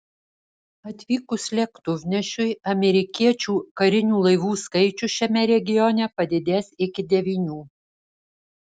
atvykus lėktuvnešiui amerikiečių karinių laivų skaičius šiame regione padidės iki devynių